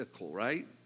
right